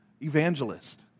evangelist